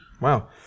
Wow